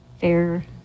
Fair